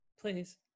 please